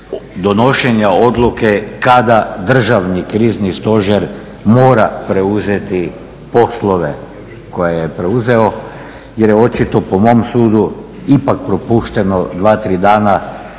donošenja odluke kada Državni krizni stožer mora preuzeti poslove koje je preuzeo jer je očito, po mom sudu, ipak propušteno 2, 3 dana